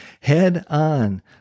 head-on